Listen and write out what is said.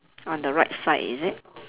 on the right side is it